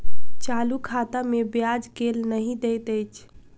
चालू खाता मे ब्याज केल नहि दैत अछि